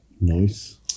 Nice